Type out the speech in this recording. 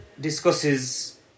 discusses